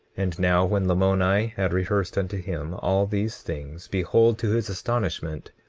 and now when lamoni had rehearsed unto him all these things, behold, to his astonishment,